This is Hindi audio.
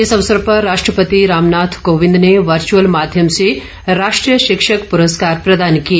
इस अवसर पर राष्ट्रपति रामनाथ कोविंद ने वर्च्रअल माध्यम से राष्ट्रीय शिक्षक प्रस्कार प्रदान किए